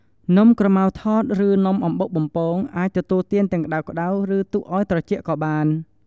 នំក្រម៉ៅថត ឬ នំអំបុកបំពង អាចទទួលទានទាំងក្តៅៗ ឬទុកឲ្យត្រជាក់ក៏បាន។